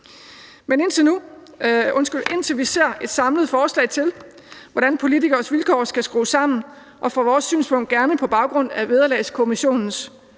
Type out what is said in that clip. Men indtil vi ser et samlet forslag til, hvordan politikeres vilkår skal skrues sammen, og set fra vores synspunkt gerne på baggrund af Vederlagskommissionens